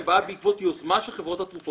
באה בעקבות יוזמה של חברות התרופות.